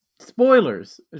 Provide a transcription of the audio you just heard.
spoilers